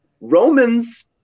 Romans